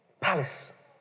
palace